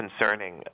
concerning